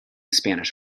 spanish